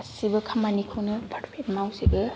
गासिबो खामानिखौनो पारफेक्ट मावजोबो